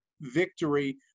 victory